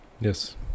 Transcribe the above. yes